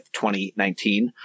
2019